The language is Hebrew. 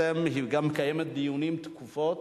היא גם מקיימת תכופות